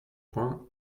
points